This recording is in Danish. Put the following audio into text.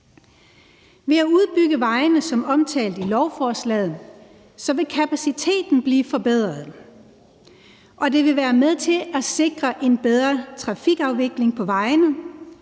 Ved at udbygge vejene som omtalt i lovforslaget vil kapaciteten blive forbedret, og det vil være med til at sikre en bedre trafikafvikling på vejene